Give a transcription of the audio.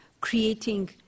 creating